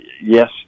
yes